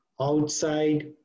outside